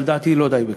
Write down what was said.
אבל לדעתי, לא די בכך.